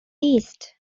east